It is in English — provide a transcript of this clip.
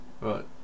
Right